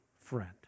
friend